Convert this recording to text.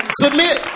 submit